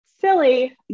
silly